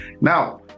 Now